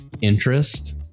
Interest